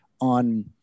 on –